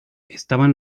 estaban